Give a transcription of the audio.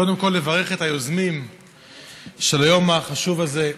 קודם כול לברך את היוזמים של היום החשוב הזה,